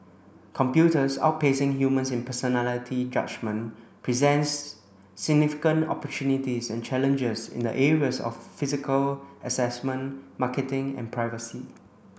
computers outpacing humans in personality judgement presents significant opportunities and challenges in the areas of physical assessment marketing and privacy